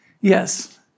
yes